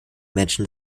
menschen